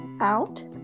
out